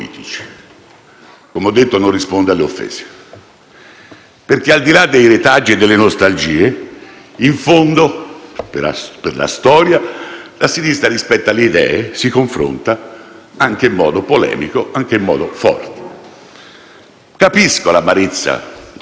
perché al di là dei retaggi e delle nostalgie, in fondo, per la storia, la sinistra rispetto alle idee si confronta anche in modo polemico e in modo forte. Capisco l'amarezza dei cosiddetti bersaniani (verdiniani, bersaniani...).